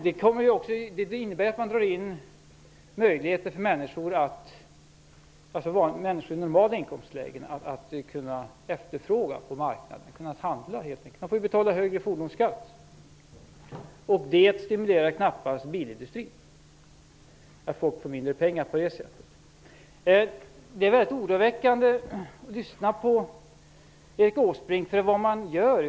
Det innebär att man drar in möjligheter för människor i normala inkomstlägen att kunna efterfråga på marknaden, att kunna handla helt enkelt. De får ju betala högre fordonsskatt. Det stimulerar knappast bilindustrin att folk får mindre pengar på det sättet. Det är mycket oroväckande att lyssna på Erik Åsbrink.